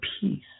peace